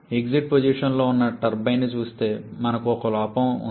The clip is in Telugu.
ఎగ్జిట్ పొజిషన్లో ఉన్న టర్బైన్ని చూస్తే మనకి ఒక లోపం ఉంది